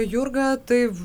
jurga tai